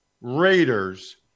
Raiders